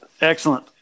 Excellent